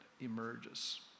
emerges